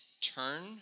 Turn